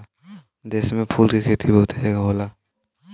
देश में फूल के खेती बहुते जगह होला